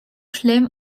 chelem